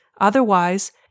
Otherwise